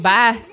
Bye